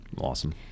Awesome